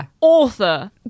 author